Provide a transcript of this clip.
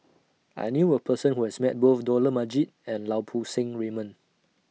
I knew A Person Who has Met Both Dollah Majid and Lau Poo Seng Raymond